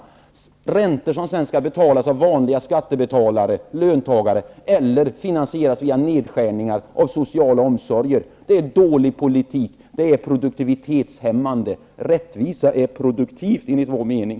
Det blir räntor som sedan skall betalas av vanliga skattebetalare och löntagare eller finansieras via nedskärningar av sociala omsorger. Det är dålig politik. Det är produktivitetshämmande. Rättvisa är produktivt, enligt vår mening.